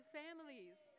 families